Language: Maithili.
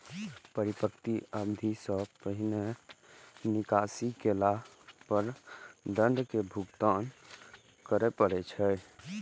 परिपक्वता अवधि सं पहिने निकासी केला पर दंड के भुगतान करय पड़ै छै